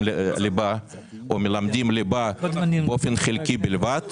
ליבה או מלמדים ליבה באופן חלקי בלבד,